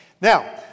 Now